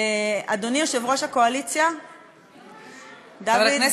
אדוני יושב-ראש הקואליציה, דוד.